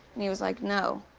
and he was like, no.